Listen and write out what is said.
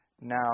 Now